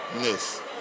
Yes